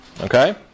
okay